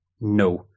No